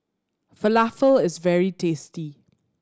falafel is very tasty